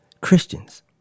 Christians